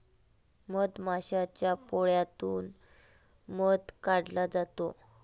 मधमाशाच्या पोळ्यातून मध काढला जातो